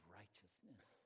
righteousness